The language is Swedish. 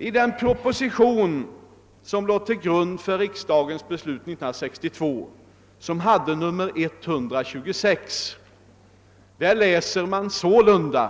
I den proposition nr 126, som låg till grund för riksdagens beslut år 1962, läser man följande: